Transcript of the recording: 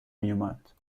میومد